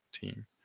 team